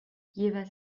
jeweils